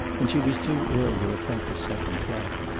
and she was too ill to attempt a second flight.